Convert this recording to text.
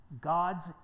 God's